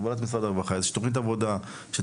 שזו תהיה תוכנית עבודה סדורה בהובלת